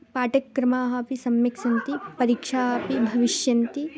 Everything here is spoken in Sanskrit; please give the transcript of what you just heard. पाठ्यक्रमाः अपि सम्यक् सन्ति परीक्षा अपि भविष्यन्ति